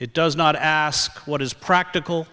it does not ask what is practical